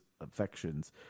affections